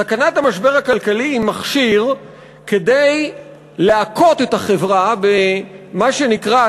סכנת המשבר הכלכלי היא מכשיר כדי להכות את החברה במה שנקרא,